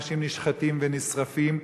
אנשים נשחטים ונשרפים,